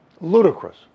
ludicrous